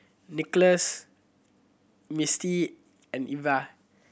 Nicolas Misti and Evia